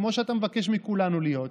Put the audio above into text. כמו שאתה מבקש מכולנו להיות,